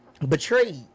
Betrayed